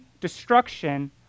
destruction